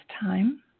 time